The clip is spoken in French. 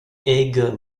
aigues